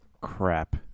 crap